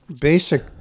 basic